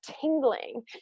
tingling